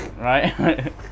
right